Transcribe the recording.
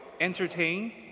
entertain